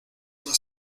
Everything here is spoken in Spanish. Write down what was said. una